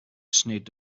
sneed